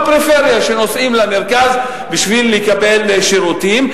תושבי יישובים בפריפריה נוסעים למרכז בשביל לקבל שירותים.